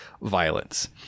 violence